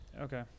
Okay